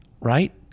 right